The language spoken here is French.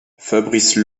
fabrice